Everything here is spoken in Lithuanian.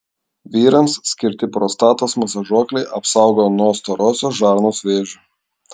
vyrams skirti prostatos masažuokliai apsaugo nuo storosios žarnos vėžio